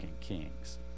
Kings